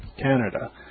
Canada